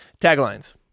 Taglines